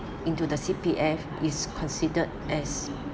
into the C_P_F is considered as